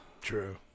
True